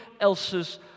else's